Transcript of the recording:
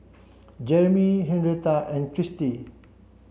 Jeremey Henretta and Cristy